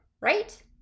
right